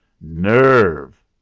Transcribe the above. Nerve